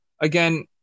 Again